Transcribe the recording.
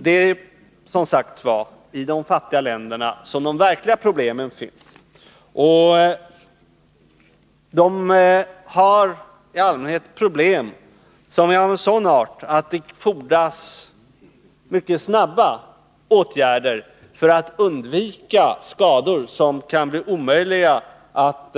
Det är, som sagt, i de fattiga länderna som de verkliga problemen finns, och de har i allmänhet svårigheter som är av en sådan art att det fordras mycket snabba åtgärder för att undvika skador som kan bli omöjliga att